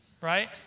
Right